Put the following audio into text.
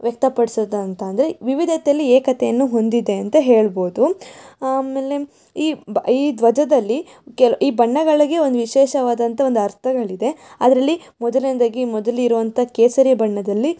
ವ್ಯಕ್ತಪಡ್ಸೋದು ಅಂತಂದರೆ ವಿವಿಧತೆಯಲ್ಲಿ ಏಕತೆಯನ್ನು ಹೊಂದಿದೆ ಅಂತ ಹೇಳ್ಬೋದು ಆಮೇಲೆ ಈ ಬ ಈ ಧ್ವಜದಲ್ಲಿ ಕೆಲ್ ಈ ಬಣ್ಣಗಳಿಗೆ ಒಂದು ವಿಶೇಷವಾದಂಥ ಒಂದು ಅರ್ಥಗಳಿವೆ ಅದರಲ್ಲಿ ಮೊದಲ್ನೇದಾಗಿ ಮೊದಲಿರುವಂಥ ಕೇಸರಿಯ ಬಣ್ಣದಲ್ಲಿ